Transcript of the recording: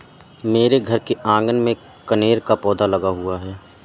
मेरे घर के आँगन में कनेर का पौधा लगा हुआ है